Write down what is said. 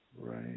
Right